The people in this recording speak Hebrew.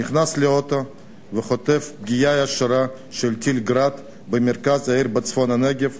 נכנס לאוטו וחוטף פגיעה ישירה של טיל "גראד" במרכז העיר בצפון הנגב.